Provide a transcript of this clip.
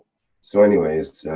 so anyways,